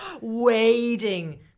wading